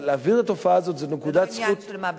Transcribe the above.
ולהעביר את התופעה הזאת, זה לא עניין של מה בכך.